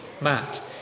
Matt